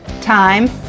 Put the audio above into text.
time